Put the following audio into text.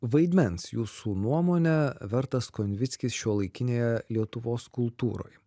vaidmens jūsų nuomone vertas konvickis šiuolaikinėje lietuvos kultūroj